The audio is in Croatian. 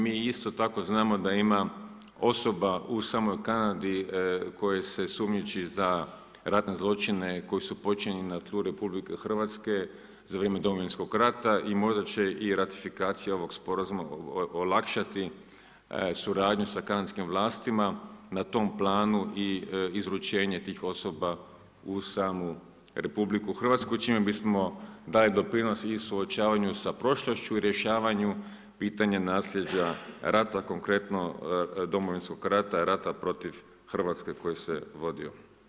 Mi isto tako znamo, da ima osoba u samoj Kanadi, koje se sumnjiče za ratne zločine, koje su počinjeni na tlu RH, za vrijeme Domovinskog rata i možda će ratifikacija ovog sporazuma olakšati suradnju sa kanadskim vlastima, na tom planu i izručenje tih osoba u samu RH, čime bismo taj doprinos i suočavanje sa prošlošću i rješavanju pitanja naslijeđa rata, konkretno Domovinskog rata, rata protiv Hrvatske koji se vodio.